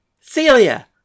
Celia